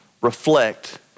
reflect